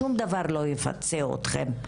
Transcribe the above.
שום דבר לא יפצה אתכן,